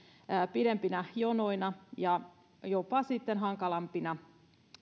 pidempinä jonoina ja jopa sitten hankalampina